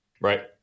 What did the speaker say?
right